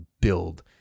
build